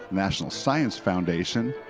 national science foundation,